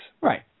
Right